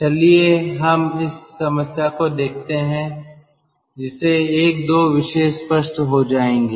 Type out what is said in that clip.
चलिए हम इस समस्या को देखते हैं जिससे एक दो विषय स्पष्ट हो जाएंगे